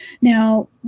Now